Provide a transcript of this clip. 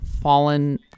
fallen